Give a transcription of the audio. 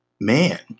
man